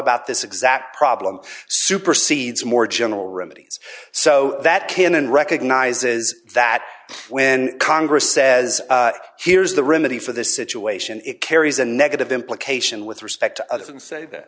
about this exact problem supersedes more general remedies so that can and recognizes that when congress says here's the remedy for the situation it carries a negative implication with respect to others and say that